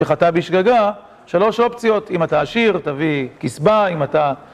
וחטא בשגגה שלוש אופציות אם אתה עשיר תביא כסבא אם אתה